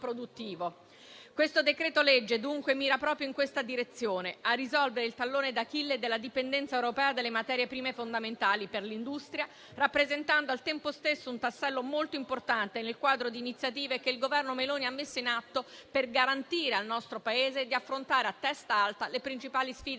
produttivo. Il decreto-legge in esame, dunque, va proprio nella direzione di risolvere il tallone d'Achille della dipendenza europea dalle materie prime fondamentali per l'industria, rappresentando al tempo stesso un tassello molto importante nel quadro di iniziative che il Governo Meloni ha messo in atto per garantire al nostro Paese di affrontare a testa alta le principali sfide